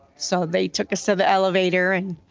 so they took us to the elevator, and